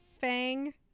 Fang